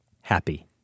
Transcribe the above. happy